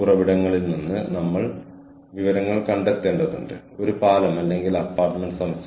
പ്രകടനം നടത്താനുള്ള അവസരം നമ്മൾക്ക് ലഭിച്ച പ്രചോദനം വിജ്ഞാന നൈപുണ്യവും കഴിവുകളും ഹ്യൂമൺ ക്യാപിറ്റലിലേക്ക് നൽകി